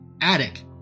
Attic